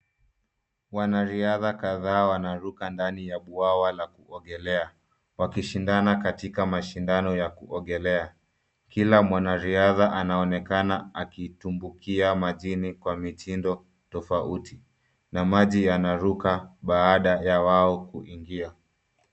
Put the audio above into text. Wanariadha kadhaa wanaruka ndani ya bwawa la kuogelea wakishindana katika mashindano ya kuogelea. Kila mwanariadha anaonekana akitumbukia majini kwa mitindo tofauti na maji yanaruka baada ya wao kuingia.